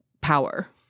power